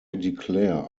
declare